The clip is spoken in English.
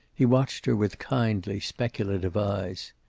he watched her with kindly, speculative eyes.